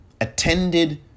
attended